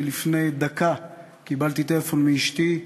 כי לפני דקה קיבלתי טלפון מאשתי.